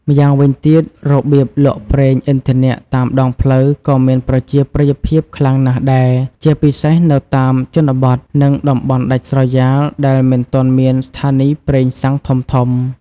ម្យ៉ាងវិញទៀត របៀបលក់ប្រេងឥន្ធនៈតាមដងផ្លូវក៏មានប្រជាប្រិយភាពខ្លាំងណាស់ដែរ ជាពិសេសនៅតាមជនបទ និងតំបន់ដាច់ស្រយាលដែលមិនទាន់មានស្ថានីយ៍ប្រេងសាំងធំៗ។